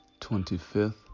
25th